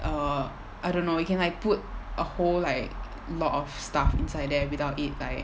err I don't know you can like put a whole like lot of stuff inside there without it like